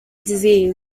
disease